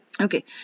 okay